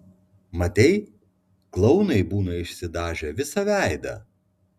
matei klounai būna išsidažę visą veidą